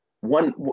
One